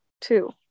two